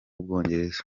bwongereza